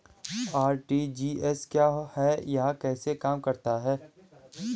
RTGS क्या है यह कैसे काम करता है?